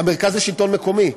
המרכז לשלטון מקומי,